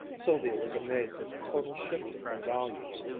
sylvia was amazed at the total shifting of values.